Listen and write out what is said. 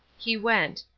he went.